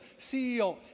CEO